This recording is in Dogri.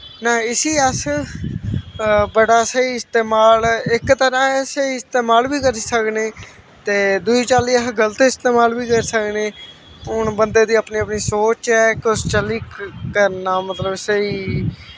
न इसी अस बड़ा स्हेई इस्तमाल इक तरह् एह् स्हेई इस्तमाल बी करी सकनें ते दुई चाल्ली अस गलत इस्तमाल बी करी सकनें हून बंदे दी अपनी अपनी सोच ऐ कुस चाल्ली करना मतलब स्हेई